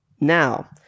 now